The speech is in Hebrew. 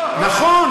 נכון.